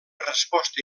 resposta